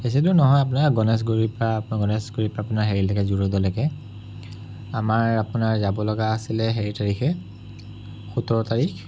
বেছি দূৰ নহয় আপোনাৰ গণেশগুৰিৰ পৰা আপোনাৰ গণেশগুৰিৰ পৰা আপোনাৰ হেৰিলৈকে জু ৰোডলৈকে আমাৰ আপোনাৰ যাবলগা আছিলে হেৰি তাৰিখে সোতৰ তাৰিখ